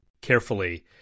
carefully